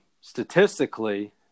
statistically